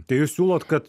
tai jūs siūlot kad